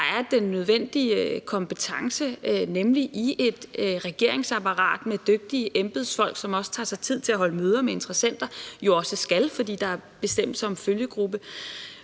der er den nødvendige kompetence, nemlig i et regeringsapparat med dygtige embedsfolk, som også tager sig tid til at holde møder med interessenterne og jo også skal det, fordi der er en bestemmelse om følgegrupper.